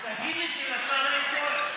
אז תגיד לי, של השר אלי כהן.